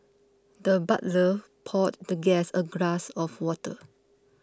the butler poured the guest a glass of water